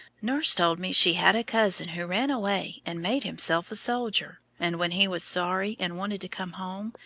nurse told me she had a cousin who ran away and made himself a soldier, and when he was sorry and wanted to come home,